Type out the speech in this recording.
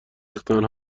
ریختن